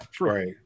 right